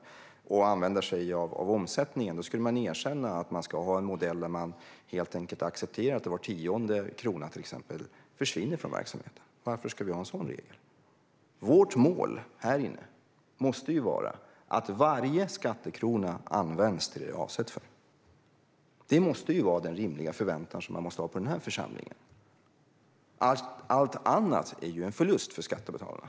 Om man skulle välja en annan modell och använda sig av omsättningen skulle man erkänna att man ska ha en modell där man helt enkelt accepterar att till exempel var tionde krona försvinner från verksamheten. Varför ska vi ha en sådan regel? Målet i den här kammaren måste vara att varje skattekrona ska användas till det som den är avsedd för. Det måste vara den rimliga förväntan man kan ha på den här församlingen. Allt annat är en förlust för skattebetalarna.